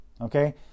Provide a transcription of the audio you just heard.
Okay